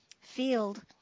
field